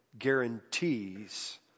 guarantees